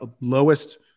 lowest